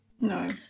No